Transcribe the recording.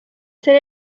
ser